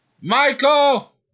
Michael